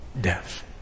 death